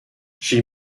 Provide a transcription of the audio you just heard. she